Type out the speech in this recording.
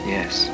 yes